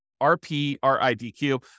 R-P-R-I-D-Q